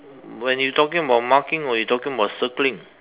when you talking about marking or you talking about circling